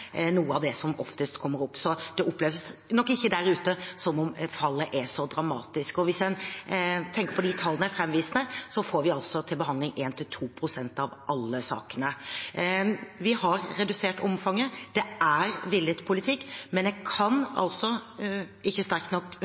noe av det som oftest kommer opp. Så det oppleves nok ikke der ute som om fallet er så dramatisk. Og hvis en tenker på de tallene jeg fremviste her, så får vi altså til behandling en til to prosent av alle sakene. Vi har redusert omfanget, det er villet politikk, men jeg kan ikke sterkt nok